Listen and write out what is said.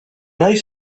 nahi